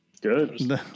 Good